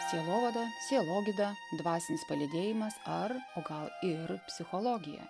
sielovada sielogyda dvasinis palydėjimas ar o gal ir psichologija